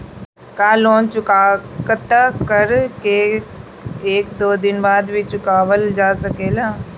का लोन चुकता कर के एक दो दिन बाद भी चुकावल जा सकेला?